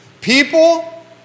People